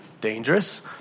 dangerous